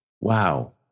wow